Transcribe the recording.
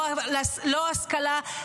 לא השכלה,